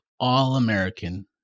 all-American